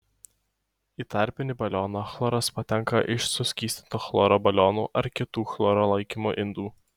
į tarpinį balioną chloras patenka iš suskystinto chloro balionų ar kitų chloro laikymo indų